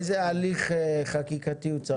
איזה הליך חקיקתי הוא צריך?